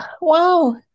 Wow